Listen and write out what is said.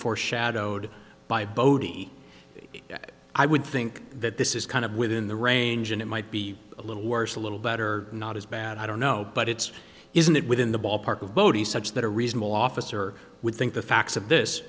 foreshadowed by bodhi i would think that this is kind of within the range and it might be a little worse a little better not as bad i don't know but it's isn't it within the ballpark of bodie such that a reasonable officer would think the facts of this